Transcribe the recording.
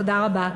תודה רבה.